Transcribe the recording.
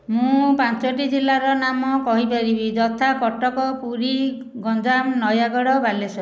ମୁଁ ପାଞ୍ଚୋଟି ଜିଲ୍ଲାର ନାମ କହିପାରିବି ଯଥା କଟକ ପୁରୀ ଗଞ୍ଜାମ ନୟାଗଡ଼ ବାଲେଶ୍ୱର